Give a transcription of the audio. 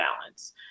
balance